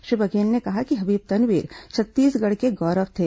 श्री बघेल ने कहा कि हबीब तनवीर छत्तीसगढ़ के गौरव थे